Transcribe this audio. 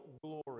glory